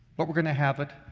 but we're going to have it,